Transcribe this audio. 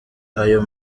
ayo